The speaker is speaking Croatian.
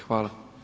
Hvala.